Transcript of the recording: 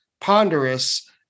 ponderous